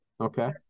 okay